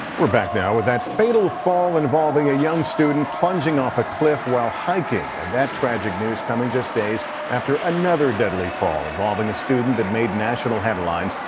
we're back now with that fatal fall involving a young student plunging off a cliff while hiking, and that tragic news comes just days after another deadly fall involving a student that made national headlines,